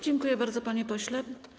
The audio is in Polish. Dziękuję bardzo, panie pośle.